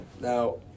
Now